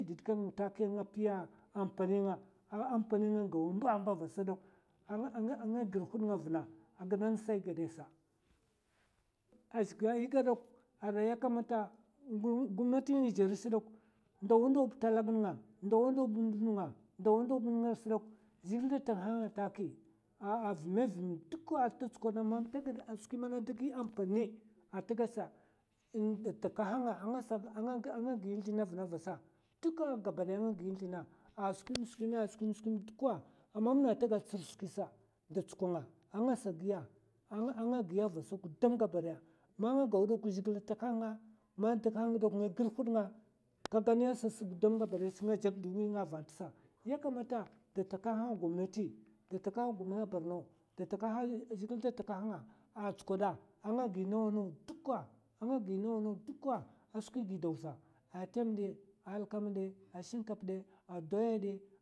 Dè din kang taki nga piya ampani nga a ampani nga gawa mba'mba vasa dok a nga gir hudnga vna a gida ngatisa a gèda azaka è gad dok, arai yakamata gomnati nèjiri sdok, ndawa ndawab talag nga, ndawa ndawab ndu nènga, ndawa ndawa ba a nèngas dok zhègil da takaha nga taki avumè avumè duka ta tsukwana man ta gad skwi mana dagi ampani ata gad sa da takaha'nga nga gin zlèna vna vasa duka gabadaya nga gi zlina a skwèmè skwèmè, skwèmè skwèmè duka a mam na man ta gad tsir skwi sa, da tsukwanga a ngasa giya a ngiya vasa guda gabadaya, man ngaw dok zhègila takaha'nga, ma takaha'nga nga gir hud nga. kaga ni sas gudam gabadayas nga jakd wi'nga va ntsa yakamta da takaha'nga gomnati, da takaha'nga gomna borno, zhèhil da takah'nga an tsukwada a nga gi nawa nawa duka, a nga gi nawa nawa duka a skwi gidaw sa. atèm dè, a alkama dè, a shinkap dè. a doya dè.